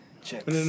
check